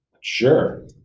sure